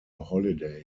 holiday